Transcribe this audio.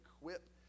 equip